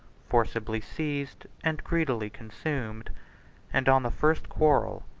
forcibly seized, and greedily consumed and on the first quarrel,